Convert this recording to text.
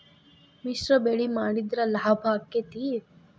ಮಿಶ್ರ ಬೆಳಿ ಮಾಡಿದ್ರ ಲಾಭ ಆಕ್ಕೆತಿ?